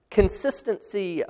consistency